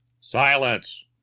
silence